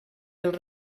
els